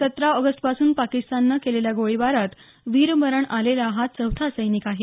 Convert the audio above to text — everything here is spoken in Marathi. सतरा ऑगस्टपासून पाकिस्ताननं केलेल्या गोळीबारात वीरमरण आलेला हा चौथा सैनिक आहे